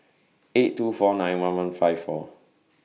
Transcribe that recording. eight two four nine one one five four